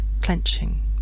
clenching